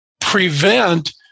prevent